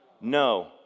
No